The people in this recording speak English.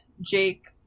Jake